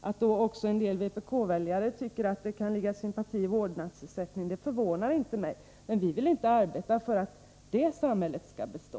Att då också en del vpk-väljare tycker att det kan ligga sympati i vårdnadsersättning förvånar inte mig. Men vi vill inte arbeta för att det samhället skall bestå.